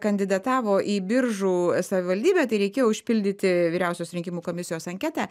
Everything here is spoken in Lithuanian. kandidatavo į biržų savivaldybę tai reikėjo užpildyti vyriausios rinkimų komisijos anketą